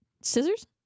Scissors